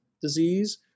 disease